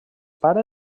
pare